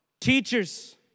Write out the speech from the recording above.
teachers